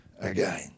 Again